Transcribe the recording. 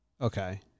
Okay